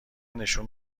نشون